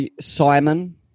Simon